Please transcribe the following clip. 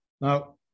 Now